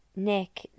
Nick